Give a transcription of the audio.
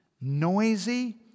noisy